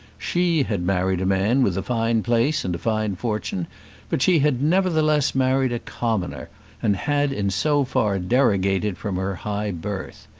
she had married a man with a fine place and a fine fortune but she had nevertheless married a commoner and had in so far derogated from her high birth.